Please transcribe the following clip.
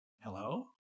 hello